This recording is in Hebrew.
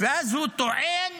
ואז הוא טוען